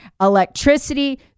electricity